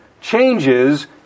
changes